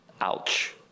Ouch